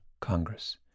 Congress